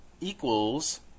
equals